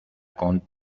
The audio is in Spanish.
con